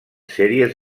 sèries